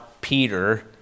Peter